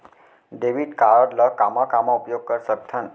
Debit card ला कामा कामा उपयोग कर सकथन?